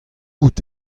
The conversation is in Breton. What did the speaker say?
out